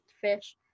fish